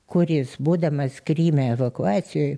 kuris būdamas kryme evakuacijoj